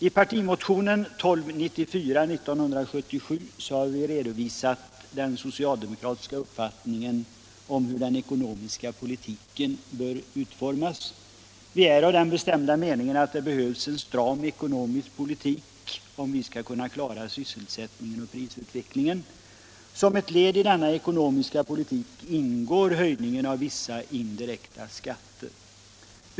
I partimotionen 1976/77:1294 har vi redovisat den socialdemokratiska uppfattningen om hur den ekonomiska politiken bör utformas. Vi är av den bestämda meningen att det behövs en stram ekonomisk politik om vi skall kunna klara sysselsättningen och prisutvecklingen. Som ett led i denna ekonomiska politik ingår höjningen av vissa indirekta skatter.